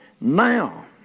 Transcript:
now